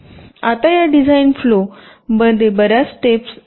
आता या design flow बर्याच स्टेप या आहेत